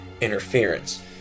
interference